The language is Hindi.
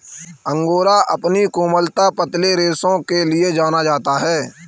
अंगोरा अपनी कोमलता, पतले रेशों के लिए जाना जाता है